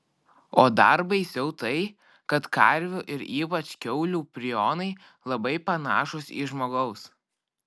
o dar baisiau tai kad karvių ir ypač kiaulių prionai labai panašūs į žmogaus